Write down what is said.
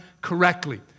correctly